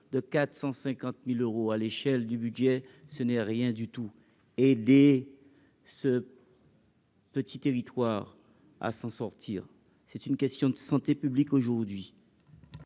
de 450000 euros à l'échelle du budget, ce n'est rien du tout, et dès ce. Petit territoire à s'en sortir, c'est une question de santé publique aujourd'hui.